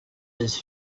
his